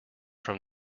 from